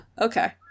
okay